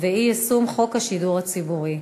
ואי-יישום חוק השידור הציבורי,